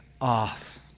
off